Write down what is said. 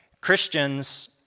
Christians